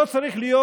לא צריך להיות,